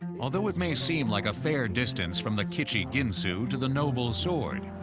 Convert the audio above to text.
although it may seem like a fair distance from the kitschy ginsu to the noble sword,